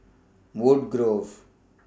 Woodgrove